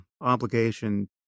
obligation